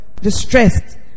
distressed